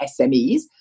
SMEs